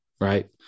right